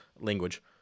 language